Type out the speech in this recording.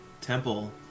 temple